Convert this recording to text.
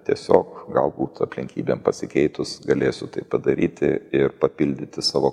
tiesiog galbūt aplinkybėm pasikeitus galėsiu tai padaryti ir papildyti savo